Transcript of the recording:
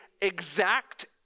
exact